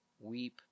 Weep